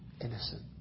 innocent